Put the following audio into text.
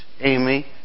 Amy